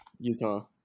Utah